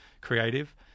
creative